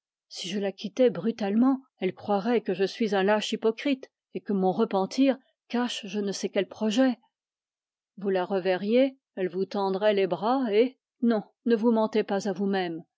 si je la quittais brutalement elle croirait que je suis un lâche hypocrite et que mon repentir cache je ne sais quel projet vous la reverriez elle vous tendrait les bras et non ne vous mentez pas à vous-même